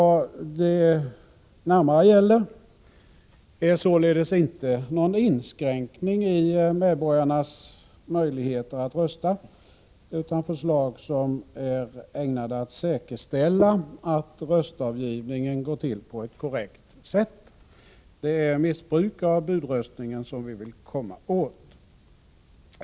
Det är inte fråga om någon inskränkning i medborgarnas möjligheter att rösta, utan om förslag som är ägnade att säkerställa att röstavgivningen går till på ett korrekt sätt. Det är missbruk av budröstningen som vi vill komma åt.